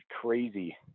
crazy